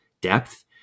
depth